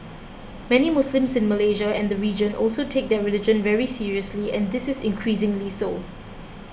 many Muslims in Malaysia and the region also take their religion very seriously and this is increasingly so